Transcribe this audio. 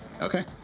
Okay